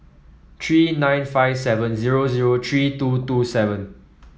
three nine five seven zero zero three two two seven